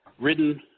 written